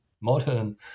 modern